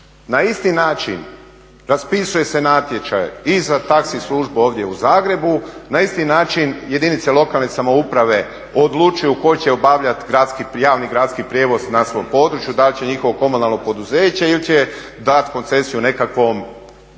Na isti način raspisuje se natječaj i za taxi službu ovdje u Zagrebu, na isti način jedinice lokalne samouprave odlučuju tko će obavljat javni gradski prijevoz na svom području, dal će njihovo komunalno poduzeće ili će dat koncesiju nekakvoj